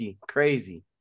crazy